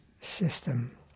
system